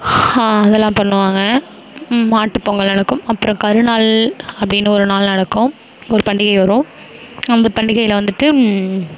அதெல்லாம் பண்ணுவாங்க மாட்டுப்பொங்கல் நடக்கும் அப்புறம் கருநாள் அப்படினு ஒரு நாள் நடக்கும் ஒரு பண்டிகை வரும் அந்த பண்டிகையில் வந்துட்டு